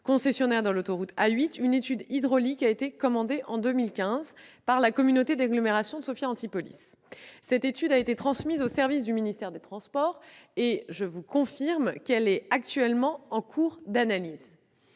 concessionnaire de l'autoroute A8, une étude hydraulique a été commandée en 2015 par la communauté d'agglomération de Sophia Antipolis. Cette étude a été transmise aux services du ministère des transports, où elle est en cours d'analyse,